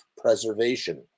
preservation